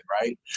right